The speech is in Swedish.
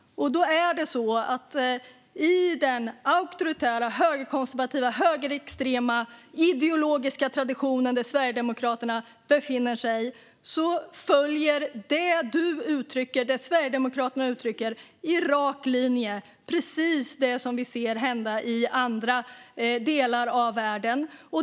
Så här är det: I den auktoritära, högerkonservativa, högerextrema ideologiska tradition där Sverigedemokraterna befinner sig följer det som Robert Stenkvist och Sverigedemokraterna uttrycker en rak linje. Det är precis det som vi ser hända i andra delar av världen.